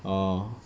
orh